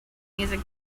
music